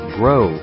grow